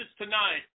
tonight